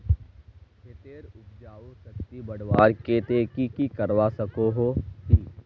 खेतेर उपजाऊ शक्ति बढ़वार केते की की करवा सकोहो ही?